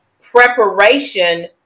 preparation